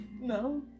No